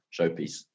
showpiece